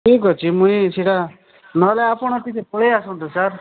ଠିକ୍ ଅଛି ମୁଇଁ ସେଟା ନହେଲେ ଆପଣ ଟିକେ ପଳେଇ ଆସନ୍ତୁ ସାର୍